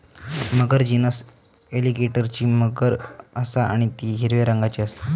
मगर genus एलीगेटरची मगर असा आणि ती हिरव्या रंगाची असता